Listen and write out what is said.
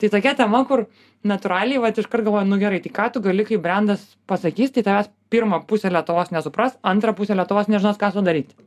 tai tokia tema kur natūraliai vat iškart galvoju nu gerai tai ką tu gali kaip brendas pasakys tai tavęs pirma pusė lietuvos nesupras antra pusė lietuvos nežinos ką daryt